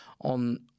on